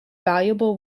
valuable